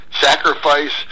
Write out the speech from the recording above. sacrifice